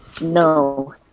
No